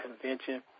convention